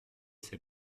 ses